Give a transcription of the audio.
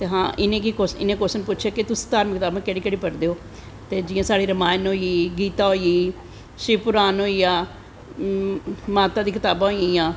ते हां इनैं कव्शन पुच्छेआ कि तुस धार्मिक कताबां केह्ड़ियां केह्ड़ियां पढ़दे ओ ते जियां साढ़ी रमायन होई गीता होई शिव पुराण होईया माता दियां कताबां होई गेईयां